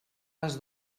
les